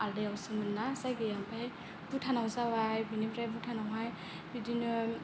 आलादायाव सोमोनना जायगाया ओमफ्राय भुटानाव जाबाय बिनिफ्राय भुटानावहाय बिदिनो बयबो